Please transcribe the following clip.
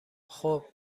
خوب